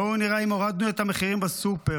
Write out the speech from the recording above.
בואו נראה, האם הורדנו את המחירים בסופר?